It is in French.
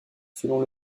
selon